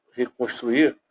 reconstruir